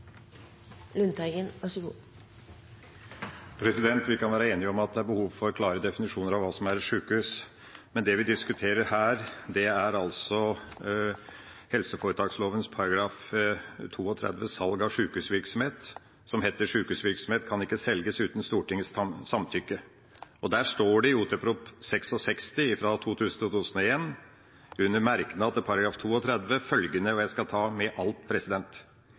behov for klare definisjoner av hva som er et sykehus, men det vi diskuterer her, er helseforetaksloven § 32, Salg av sykehusvirksomhet, hvor det står: «Sykehusvirksomhet kan ikke selges uten Stortingets samtykke.» Det står i Ot.prp. nr. 66 for 2000–2001, under Merknad til § 32, følgende: